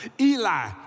Eli